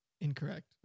Incorrect